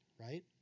right